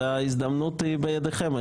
ההזדמנות היא בידכם,